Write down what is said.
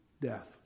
death